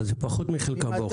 אבל זה פחות מחלקן באוכלוסייה.